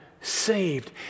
saved